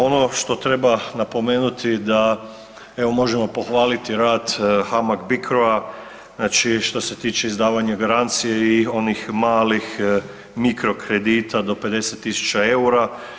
Ono što treba napomenuti da evo možemo pohvaliti rad HAMAG BICRO-a znači što se tiče izdavanja garancije i onih malih mikro kredita do 50.000 eura.